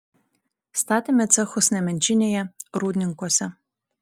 statėme cechus nemenčinėje rūdninkuose